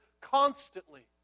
constantly